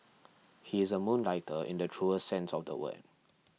he is a moonlighter in the truest sense of the word